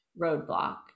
roadblock